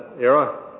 era